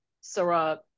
Sarah